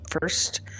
first